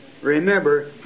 Remember